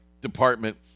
department